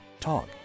Talk